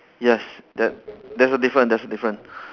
yes that there's a different there's a different